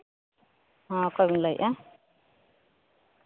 ᱦᱚᱸ ᱚᱠᱚᱭ ᱵᱤᱱ ᱞᱟᱹᱭᱮᱜᱼᱟ